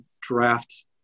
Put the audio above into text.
draft